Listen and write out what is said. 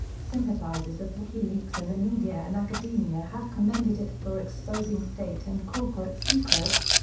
sympathizers of wikileaks in the media and academia have commended it for exposing state and corporate secrets,